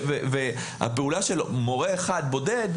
הפעולה של מורה אחד בודד,